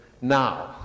now